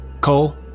Cole